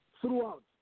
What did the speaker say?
throughout